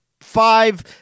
five